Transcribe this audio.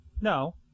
No